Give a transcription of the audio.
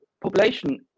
population